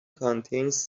contains